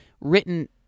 written –